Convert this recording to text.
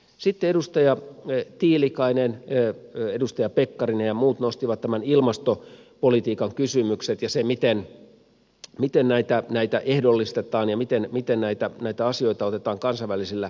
sitten edustaja tiilikainen edustaja pekkarinen ja muut nostivat ilmastopolitiikan kysymykset ja sen miten näitä ehdollistetaan ja miten näitä asioita otetaan kansainvälisillä areenoilla esille